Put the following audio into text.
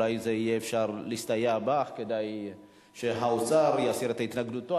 ואולי אפשר יהיה להסתייע בך כדי שהאוצר יסיר את התנגדותו.